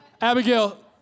Abigail